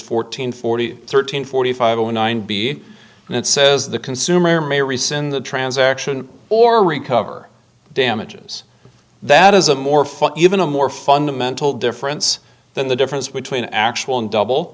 fourteen forty thirteen forty five zero nine b and it says the consumer may rescind the transaction or recover damages that is a more for even a more fundamental difference than the difference between actual and double